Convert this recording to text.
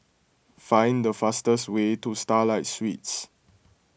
find the fastest way to Starlight Suites